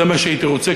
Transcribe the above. זה מה שהייתי רוצה.